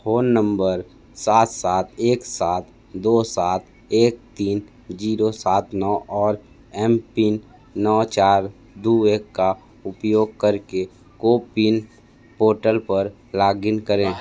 phone number सात सात एक सात दो सात एक तीन ज़ीरो सात नौ और एम पिन नौ चार दो एक का उपयोग करके कोबिन पोर्टल पर लॉग इन करें